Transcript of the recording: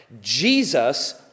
Jesus